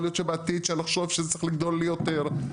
להיות שבעתיד שנחשוב שזה צריך לגדול ליותר,